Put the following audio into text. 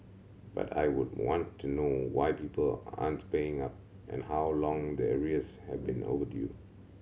but I would want to know why people aren't paying up and how long the arrears have been overdue